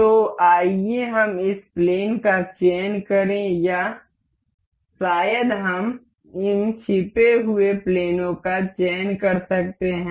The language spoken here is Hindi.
तो आइए हम इस प्लेन का चयन करें या शायद हम इन छिपे हुए प्लेनों का चयन कर सकते हैं